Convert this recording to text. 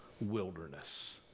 wilderness